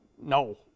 no